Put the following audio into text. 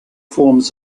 forms